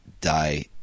Die